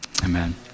Amen